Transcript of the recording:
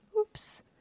Oops